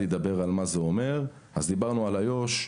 דיברנו על אזור יהודה ושומרון,